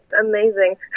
amazing